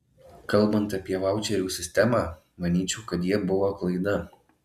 kalbant apie vaučerių sistemą manyčiau kad jie buvo klaida